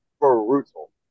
Brutal